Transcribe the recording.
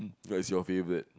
what's your favourite